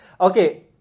Okay